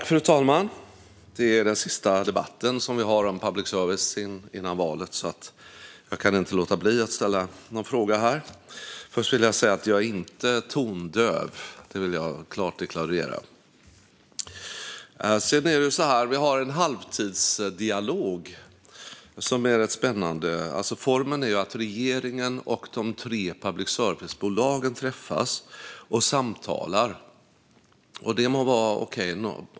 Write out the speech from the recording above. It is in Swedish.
Fru talman! Detta är den sista debatt som vi har om public service före valet. Jag kan därför inte låta bli att ställa ett par frågor. Först och främst vill jag säga att jag inte är tondöv. Det vill jag klart deklarera. Det sker en halvtidsdialog som är rätt spännande. Formen är att regeringen och de tre public service-bolagen träffas och samtalar. Det må vara okej.